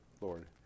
Lord